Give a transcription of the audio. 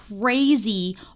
crazy